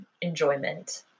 enjoyment